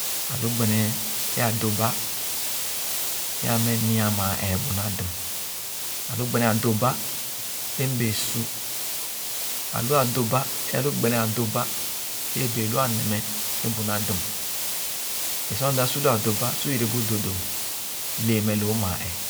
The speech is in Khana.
Ãlu gbene é ãdoba é ameh nia mãã ẽẽ bu na dum, ãlu gbene ãdoba é mbẽẽ su. Ãlu adõba é alu gbene ãdoba é ẽbéé lu anemẽh é bu nadum. É sor mda su lo adoba su yerebu dodoo, lẽẽ meh loo mãã ẽẽ.